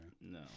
No